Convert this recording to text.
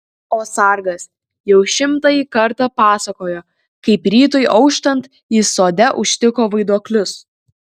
o sargas jau šimtąjį kartą pasakojo kaip rytui auštant jis sode užtiko vaiduoklius